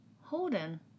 Holden